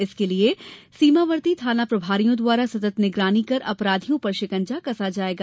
इसके लिए सीमावर्ती थाना प्रभारियों द्वारा सतत निगरानी कर अपराधियों पर शिकंजा कसा जाएगा